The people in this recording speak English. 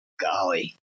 Golly